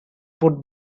put